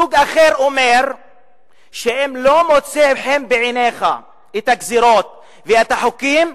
סוג אחר אומר שאם לא מוצאים חן בעיניך הגזירות והחוקים,